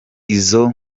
izo